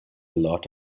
lot